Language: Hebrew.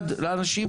בגלל שיש שם פט סיטי,